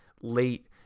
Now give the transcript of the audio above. late